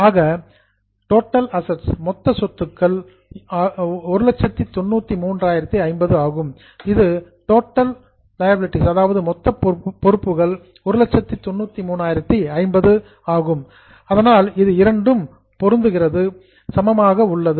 ஆக total assets மொத்த சொத்துக்கள் 193050 ஆகும் இது டோட்டல் லியாபிலிடீஸ் மொத்த பொறுப்புகள் 193050 உடன் பொருந்துகிறது